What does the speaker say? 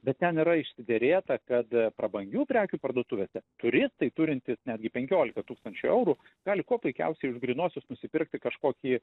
bet ten yra išsiderėta kad prabangių prekių parduotuvėse turistai turintys netgi penkiolika tūkstančių eurų gali kuo puikiausiai už grynuosius nusipirkti kažkokį